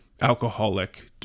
Alcoholic